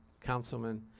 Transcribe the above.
councilman